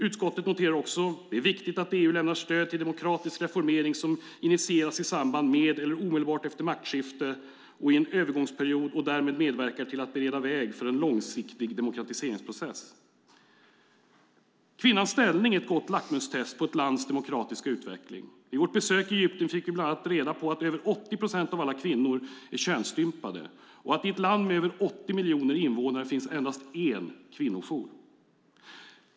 Utskottet noterar: Det är viktigt att EU lämnar stöd till demokratisk reformering som initieras i samband med eller omedelbart efter maktskifte och i en övergångsperiod och därmed medverkar till att bereda väg för en långsiktig demokratiseringsprocess. Kvinnans ställning är ett gott lackmustest på ett lands demokratiska utveckling. Vid vårt besök i Egypten fick vi bland annat reda på att över 80 procent av alla kvinnor är könsstympade och att det i ett land med över 80 miljoner invånare finns endast en kvinnojour.